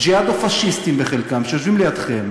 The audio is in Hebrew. ג'יהאדו-פאשיסטיים בחלקם,